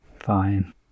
fine